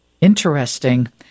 Interesting